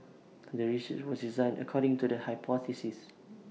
the research was designed according to the hypothesis